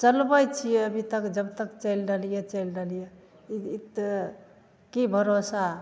चलबैत छियै अभीतक जबतक चलि रहलियै चलि रहलियै ई ई तऽ की भरोसा